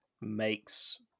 makes